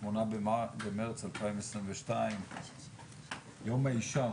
8 במרס 2022. יום האשה.